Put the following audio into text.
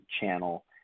channel